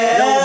no